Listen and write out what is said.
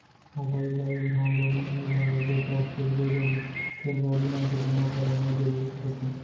mobile ल एक घौं बैलेंस नइ भरवाबे तौ चलियो जाही फेर गाड़ी मन के बीमा करवाना जरूरीच रथे